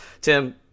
Tim